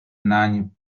nań